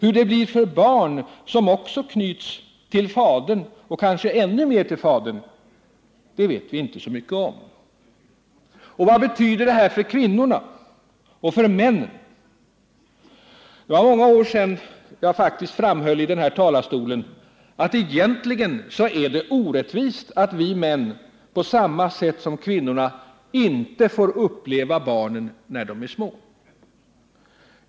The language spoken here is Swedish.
Hur det blir för barn som också knyts till fadern, och kanske ännu mer till fadern, vet vi däremot inte så mycket om. Och vad betyder det här för kvinnorna och för männen? Det är faktiskt många år sedan jag framhöll i den här talarstolen att egentligen är det orättvist att vi män inte på samma sätt som kvinnorna får uppleva barnen när de är små.